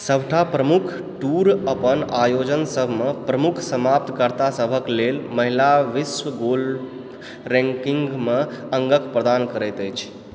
सभटा प्रमुख टूर अपन आयोजनसभमे प्रमुख समाप्त कर्तासभक लेल महिला विश्व गोल्फ रैंकिंग मे अङ्क प्रदान करैत अछि